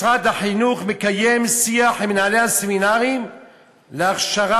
משרד החינוך מקיים שיח עם מנהלי הסמינרים להכשרה